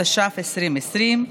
התש"ף 2020,